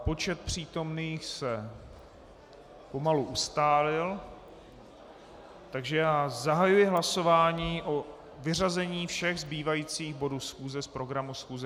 Počet přítomných se pomalu ustálil, takže zahajuji hlasování o vyřazení všech zbývajících bodů schůze z programu schůze.